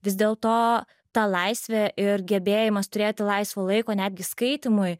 vis dėlto ta laisvė ir gebėjimas turėti laisvo laiko netgi skaitymui